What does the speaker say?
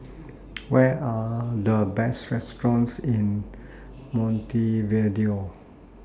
What Are The Best restaurants in Montevideo